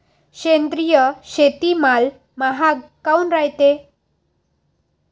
सेंद्रिय शेतीमाल महाग काऊन रायते?